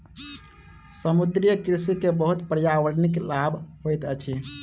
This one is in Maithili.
समुद्रीय कृषि के बहुत पर्यावरणिक लाभ होइत अछि